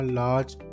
large